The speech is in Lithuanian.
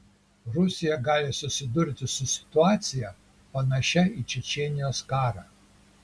rusija gali susidurti su situacija panašia į čečėnijos karą